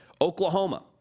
Oklahoma